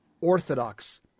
orthodox